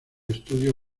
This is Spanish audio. estudio